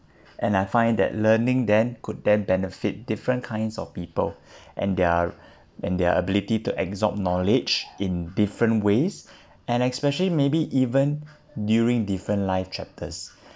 and I find that learning then could then benefit different kinds of people and their and their ability to absorb knowledge in different ways and especially maybe even during different life chapters